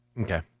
Okay